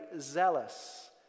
zealous